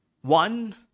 One